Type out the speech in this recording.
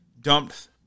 dumped